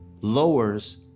lowers